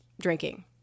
drinking